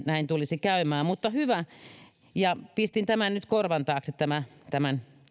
näin käymään mutta hyvä ja pistin nyt korvan taakse tämän